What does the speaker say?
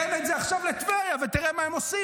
תן את זה עכשיו לטבריה ותראה מה הם עושים,